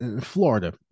Florida